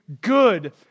good